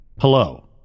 hello